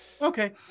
Okay